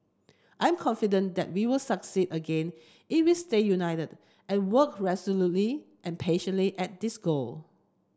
I am confident that we will succeed again if we stay united and work resolutely and patiently at this goal